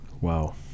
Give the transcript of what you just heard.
Wow